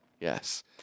Yes